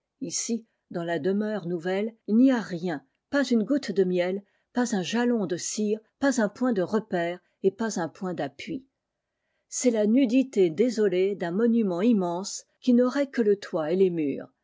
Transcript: ici dans la demeure nouvelle il n'y a rie pas une goutte de miel pas un jalon de cire pas un point de repère et pas un point d'appui c'est la nudité désolée d'un monument immense qui n'aurait que le toit et les murs